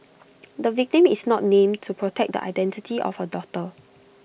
the victim is not named to protect the identity of her daughter